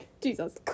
Jesus